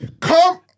Come